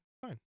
fine